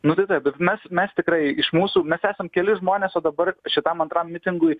nu tai taip bet mes mes tikrai iš mūsų mes esam keli žmonės o dabar šitam antram mitingui